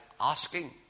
asking